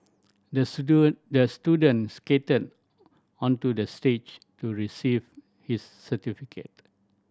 the the student skated onto the stage to receive his certificate